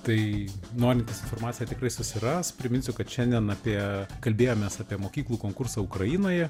tai norintys informaciją tikrai susiras priminsiu kad šiandien apie kalbėjomės apie mokyklų konkursą ukrainoje